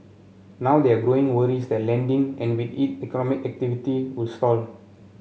now there are growing worries that lending and with it economic activity will stall